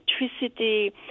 electricity